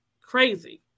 crazy